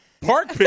park